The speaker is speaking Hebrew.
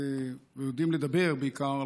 ויודעים לדבר בעיקר,